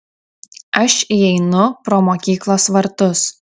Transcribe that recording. aš įeinu pro mokyklos vartus